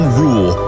rule